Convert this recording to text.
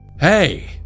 Hey